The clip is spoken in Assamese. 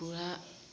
পূৰা